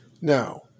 Now